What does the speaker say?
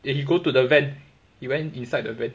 eh he go to the vent he went inside the vent